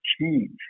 change